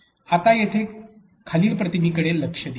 आता येथे खालील प्रतिमेकडे लक्ष द्या